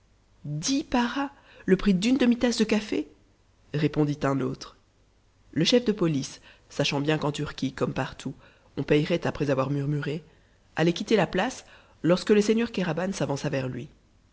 dix paras le prix d'une demi-tasse de café répondit un autre le chef de police sachant bien qu'en turquie comme partout on payerait après avoir murmuré allait quitter la place lorsque le seigneur kéraban s'avança vers lui